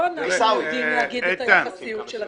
לא אנחנו יודעים להגיד את היחסיות של הדברים.